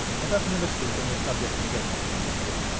let us never speak on this subject again, said margaret,